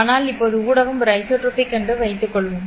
ஆனால் இப்போது ஊடகம் ஒரு ஐசோட்ரோபிக் என்று வைத்துக் கொள்வோம்